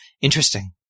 interesting